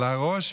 אבל בראש,